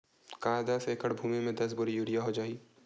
का दस एकड़ भुमि में दस बोरी यूरिया हो जाही?